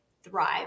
thrive